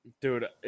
dude